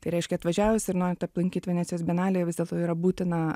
tai reiškia atvažiavus ir norint aplankyti venecijos bienalė vis dėlto yra būtina